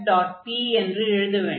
p என்று எழுத வேண்டும்